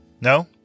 No